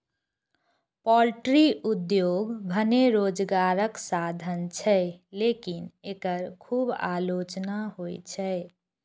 poultry उद्योग भने रोजगारक साधन छियै, लेकिन एकर खूब आलोचना होइ छै